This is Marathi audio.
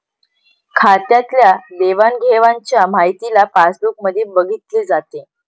खात्यातल्या देवाणघेवाणच्या माहितीला पासबुक मध्ये बघितले जाते